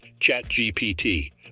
ChatGPT